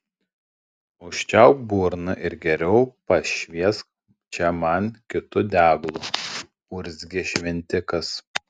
užčiaupk burną ir geriau pašviesk čia man kitu deglu urzgė šventikas